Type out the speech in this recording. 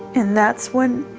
and that's when